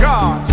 God